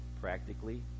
practically